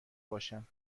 باشم